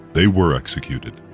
they were executed.